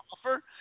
offer